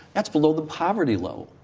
that's below the poverty level.